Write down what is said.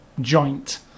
joint